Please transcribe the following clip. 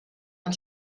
ein